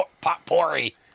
potpourri